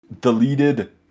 deleted